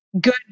good